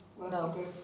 No